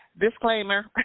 disclaimer